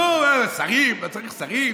שרים, לא צריך שרים.